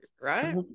Right